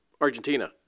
argentina